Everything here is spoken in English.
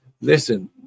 Listen